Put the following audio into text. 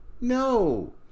No